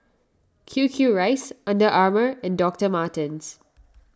Q Q Rice Under Armour and Doctor Martens